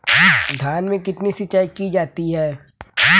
धान में कितनी सिंचाई की जाती है?